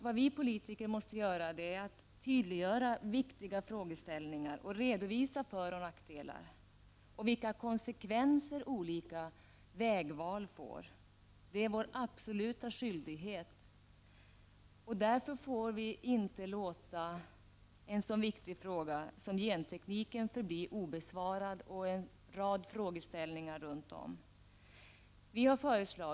Vad vi politiker måste göra är att tydliggöra viktiga frågeställningar och redovisa föroch nackdelar och vilka konsekvenser olika vägval får. Det är vår absoluta skyldighet. Därför får vi inte låta en så viktig fråga som gentekniken och en rad frågeställningar kring den förbli obesvarade.